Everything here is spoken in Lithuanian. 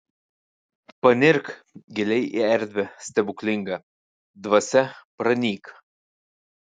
panirk giliai į erdvę stebuklingą dvasia pranyk